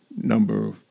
number